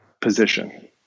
position